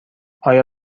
آیا